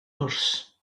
gwrs